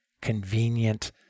convenient